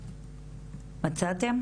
מצאתם?